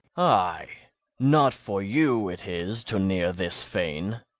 ay not for you it is, to near this fane.